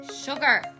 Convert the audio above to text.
Sugar